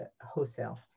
wholesale